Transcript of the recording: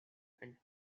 and